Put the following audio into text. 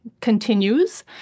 continues